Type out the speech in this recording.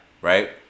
right